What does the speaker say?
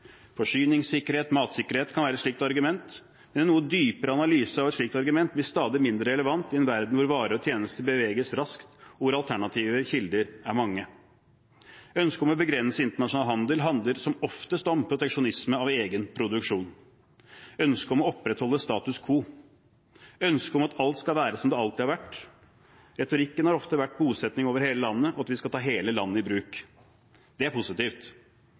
Forsyningssikkerhet og matsikkerhet kan være et slikt argument, men en noe dypere analyse av et slikt argument blir stadig mindre relevant i en verden hvor varer og tjenester beveger seg raskt, og hvor alternative kilder er mange. Ønsket om å begrense internasjonal handel handler som oftest om proteksjonisme av hensyn til egen produksjon, ønsket om å opprettholde status quo og ønsket om at alt skal være som det alltid har vært. Retorikken har ofte handlet om bosetting over landet, og at vi skal ta hele landet i bruk. Det er positivt,